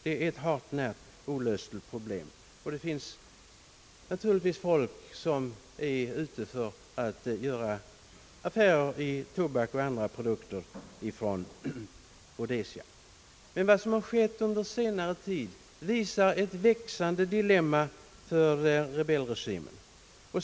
Det är ett hart när olösligt problem, och det finns folk som är ute efter att göra affärer i tobak och andra produkter ifrån Rhodesia. Vad som skett under senare tid visar ett växande dilemma för rebellregimen.